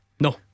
No